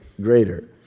greater